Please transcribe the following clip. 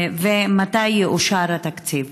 2. מתי יאושר התקציב?